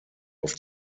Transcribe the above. auf